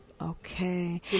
okay